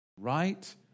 right